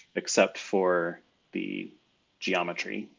except for the geometry,